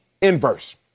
inverse